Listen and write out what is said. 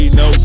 no